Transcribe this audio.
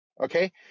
okay